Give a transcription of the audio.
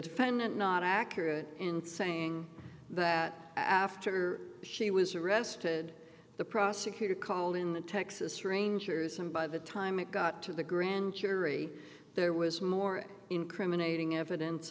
defendant not accurate in saying that after she was arrested the prosecutor called in the texas rangers and by the time it got to the grand jury there was more incriminating evidence